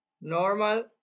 Normal